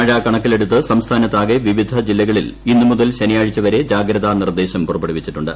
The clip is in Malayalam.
മഴ കണക്കിലെടുത്ത് സംസ്ഥാനത്താകെ വിവിധ ജില്ലകളിൽ ഇന്ന് മുതൽ ശനിയാഴ്ച വരെ ജാഗ്രതാ നിർദ്ദേശം പുറപ്പെ ടുവിച്ചിട്ടുണ്ട്